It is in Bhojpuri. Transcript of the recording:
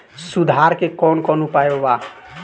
सुधार के कौन कौन उपाय वा?